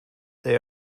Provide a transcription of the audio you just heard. they